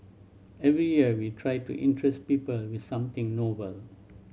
every year we try to interest people with something novel